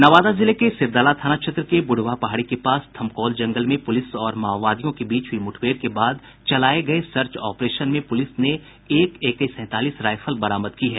नवादा जिले के सिरदला थाना क्षेत्र के बूढ़वा पहाड़ी के पास थमकोल जंगल में पुलिस और माओवादियों के बीच हुयी मुठभेड़ के बाद चलाये गये सर्च ऑपरेशन में पुलिस ने एक एके सैंतालीस राइफल बरामद की है